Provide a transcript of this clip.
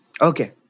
Okay